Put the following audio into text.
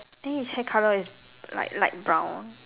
then his hair color is like light brown